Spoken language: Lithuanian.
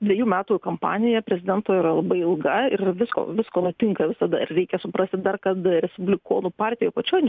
dvejų metų kampanija prezidento yra labai ilga ir visko visko nutinka visada ir reikia suprasti dar kad respublikonų partijoj pačioj